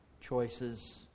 choices